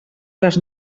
les